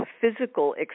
physical